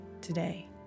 today